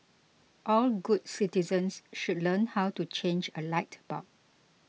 all good citizens should learn how to change a light bulb